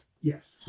Yes